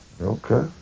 Okay